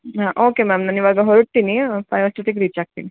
ಹಾಂ okay ma'am ನಾನು ಇವಾಗ ಹೊರಡ್ತೀನಿ ಫೈವ್ ಅಷ್ಟೊತ್ತಿಗೆ ರೀಚ್ ಆಗ್ತೀನಿ